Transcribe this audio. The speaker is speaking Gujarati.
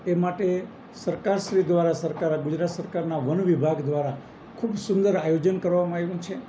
એ માટે સરકારશ્રી દ્વારા સરકાર ગુજરાત સરકારના વન વિભાગ દ્વારા ખૂબ સુંદર આયોજન કરવામાં આવ્યું છે